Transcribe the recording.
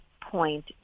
point